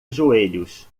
joelhos